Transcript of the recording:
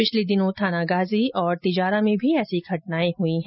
पिछले दिनों थानागाजी और तिजारा में भी ऐसी घटनाएं हुई हैं